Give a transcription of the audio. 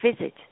visit